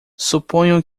suponho